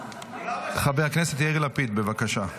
חבר הכנסת יאיר לפיד, בבקשה.